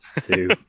two